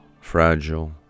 fragile